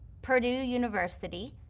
purdue university,